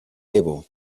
able